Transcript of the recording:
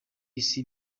isi